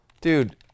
Dude